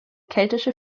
keltische